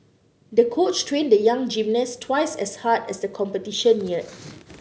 the coach trained the young gymnast twice as hard as the competition neared